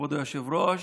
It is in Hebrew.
כבוד היושב-ראש,